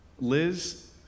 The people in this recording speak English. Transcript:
Liz